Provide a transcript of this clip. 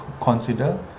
consider